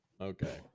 Okay